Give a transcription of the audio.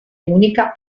unica